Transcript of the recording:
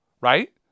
right